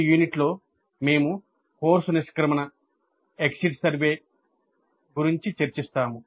ఈ యూనిట్లో మేము కోర్సు నిష్క్రమణ Exit Survey సర్వే గురించి చర్చిస్తాము